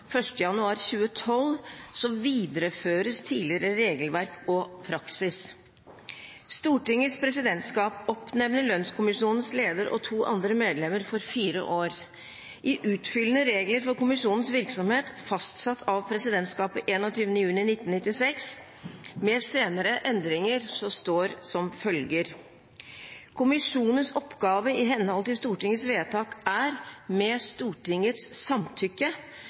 1. januar 2012, videreføres tidligere regelverk og praksis. Stortingets presidentskap oppnevner lønnskommisjonens leder og to andre medlemmer for fire år. I «Utfyllende regler for kommisjonens virksomhet», fastsatt av presidentskapet 21. juni 1996, med senere endringer, står det som følger: «Kommisjonens oppgave i henhold til Stortingets vedtak er – med Stortingets samtykke